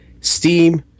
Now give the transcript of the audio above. Steam